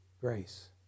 grace